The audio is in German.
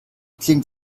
klingt